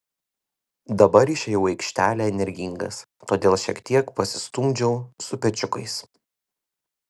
dabar išėjau į aikštelę energingas todėl šiek tiek pasistumdžiau su pečiukais